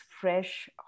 fresh